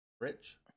Rich